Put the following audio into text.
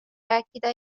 rääkida